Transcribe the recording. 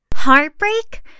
Heartbreak